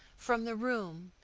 from the room,